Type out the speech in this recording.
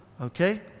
okay